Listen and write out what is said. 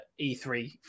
E3